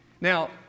Now